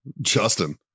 Justin